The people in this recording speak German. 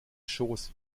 schoß